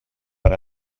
per